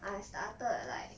I started like